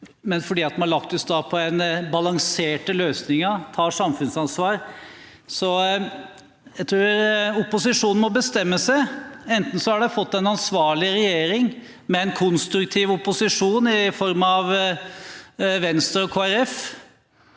og fordi vi har lagt oss på balanserte løsninger og tar samfunnsansvar. Jeg tror opposisjonen må bestemme seg: Enten har vi fått en ansvarlig regjering med en konstruktiv opposisjon i form av Venstre og